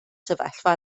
sefyllfa